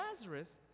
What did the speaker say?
Nazareth